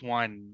one